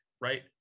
right